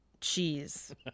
cheese